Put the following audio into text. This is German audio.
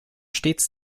stets